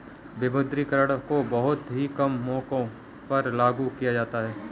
विमुद्रीकरण को बहुत ही कम मौकों पर लागू किया जाता है